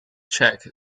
check